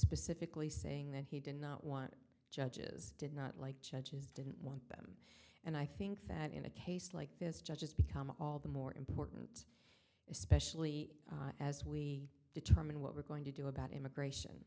specifically saying that he did not want judges did not like judges didn't want it and i think that in a case like this just become all the more important especially as we determine what we're going to do about immigration